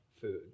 food